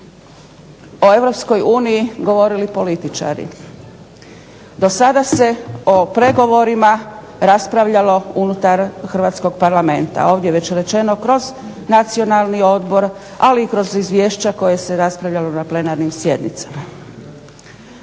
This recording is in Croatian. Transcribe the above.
o europskoj uniji govorili političari, do sada se o pregovorima raspravljalo unutar Hrvatskog parlamenta, ovdje već rečeno kroz nacionalni odbor ali i kroz izvješća koje se raspravljalo na plenarnim sjednicama.